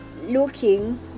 looking